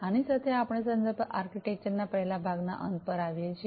આની સાથે આપણે સંદર્ભ આર્કિટેક્ચર ના પહેલા ભાગના અંત પર આવીએ છીએ